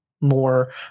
more